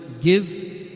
give